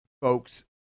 folks